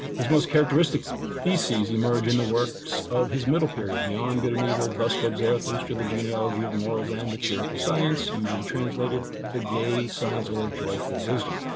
his most characteristic theses emerge in the works of his middle period, beyond good and evil, thus spoke zarathustra, the genealogy of morals, and the cheerful science, usually translated the gay science or joyful wisdom.